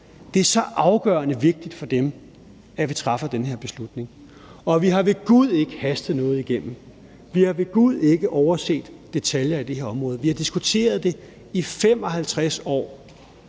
Det er så afgørende vigtigt for dem, at vi træffer den her beslutning, og vi har ved gud ikke hastet noget igennem. Vi har ved gud ikke overset detaljer i det her område. Vi har diskuteret det i 55 år.